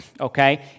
Okay